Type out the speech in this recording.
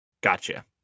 gotcha